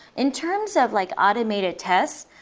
in terms of like automated tests,